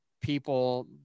people